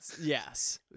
Yes